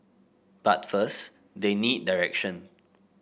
but first they need direction